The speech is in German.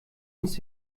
uns